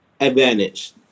advantage